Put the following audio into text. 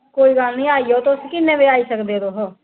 कोई गल्ल नेई आई जाओ तुस किन्ने बजे आई सकने ओ तुस